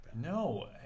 No